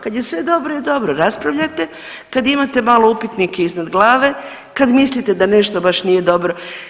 Kad je sve dobro je dobro, raspravljali kada imate malo upitnike iznad glave, kada mislite da nešto baš nije dobro.